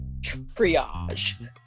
triage